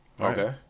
Okay